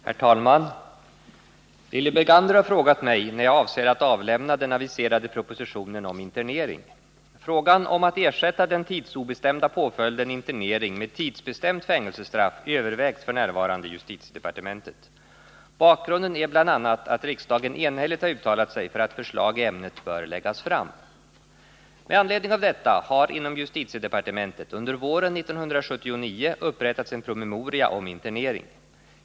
Herr talman! Lilly Bergander har frågat mig när jag avser att avlämna den aviserade propositionen om internering. Frågan om att ersätta den tidsobestämda påföljden internering med tidsbestämt fängelsestraff övervägs f. n. i justitiedepartementet. Bakgrunden är bl.a. att riksdagen enhälligt har uttalat sig för att förslag i ämnet bör läggas fram . Med anledning av detta har inom justitiedepartementet under våren 1979 upprättats en promemoria om internering.